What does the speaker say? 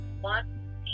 one